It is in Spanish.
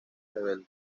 rebelde